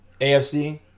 AFC